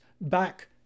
back